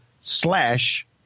slash